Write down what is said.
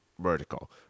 vertical